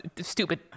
Stupid